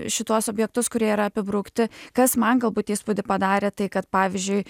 šituos objektus kurie yra apibraukti kas man galbūt įspūdį padarė tai kad pavyzdžiui